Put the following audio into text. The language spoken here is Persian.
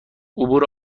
عبور